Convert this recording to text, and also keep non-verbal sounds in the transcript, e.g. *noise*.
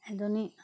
*unintelligible*